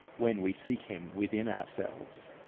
when we seek him within ourselves.